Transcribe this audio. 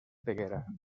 peguera